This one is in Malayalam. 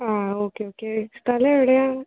ആ ഓക്കെ ഓക്കെ സ്ഥലം എവിടെയാണ്